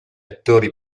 attori